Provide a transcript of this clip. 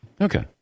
Okay